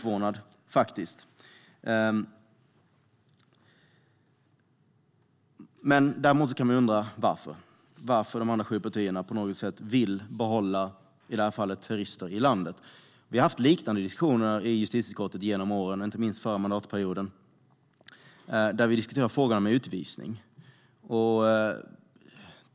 Jag är faktiskt inte jätteförvånad. Däremot kan man undra varför. Varför vill de andra partierna på något sätt behålla, i det här fallet, terrorister i landet? Vi har haft liknande diskussioner i justitieutskottet genom åren, inte minst under förra mandatperioden, i frågan om utvisning.